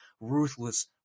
ruthless